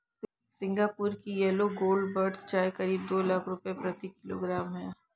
Singapore की yellow gold buds चाय करीब दो लाख रुपए प्रति किलोग्राम है